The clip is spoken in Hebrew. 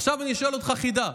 עכשיו אני שואל אותך חידה: